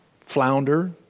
flounder